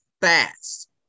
fast